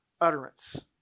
utterance